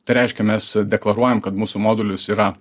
tai reiškia mes deklaruojam kad mūsų modulis yra